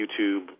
YouTube